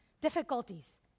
difficulties